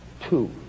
Two